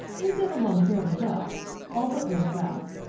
we get along fairly well all but little ralph.